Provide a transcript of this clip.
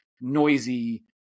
noisy